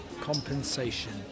compensation